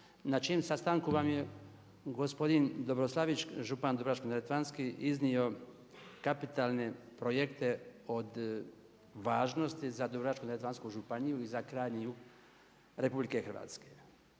na čijem sastanku vam je gospodin Dobroslavić, župan Dubrovačko-neretvanski iznio kapitalne projekte od važnosti za Dubrovačko-neretvansku županiju i za krajnji jug Republike Hrvatske.